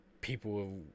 people